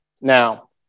now